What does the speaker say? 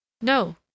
No